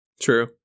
True